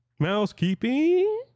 mousekeeping